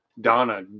Donna